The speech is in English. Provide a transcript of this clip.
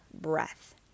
breath